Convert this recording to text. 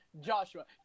Joshua